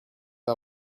pas